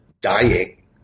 dying